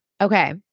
Okay